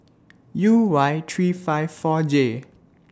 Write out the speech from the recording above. U Y three five four J